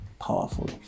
powerful